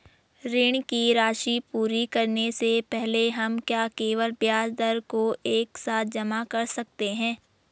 ऋण की राशि पूरी करने से पहले हम क्या केवल ब्याज दर को एक साथ जमा कर सकते हैं?